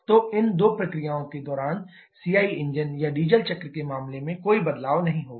तो उन दो प्रक्रियाओं के दौरान CI इंजन या डीजल चक्र के मामले में कोई बदलाव नहीं होगा